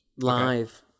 live